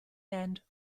end